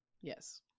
yes